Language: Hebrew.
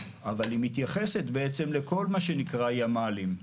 אבל היא מתייחסת בעצם לכל מה שנקרא ימ"לים.